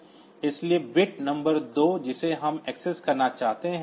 इसलिए bit number 2 जिसे हम एक्सेस करना चाहते हैं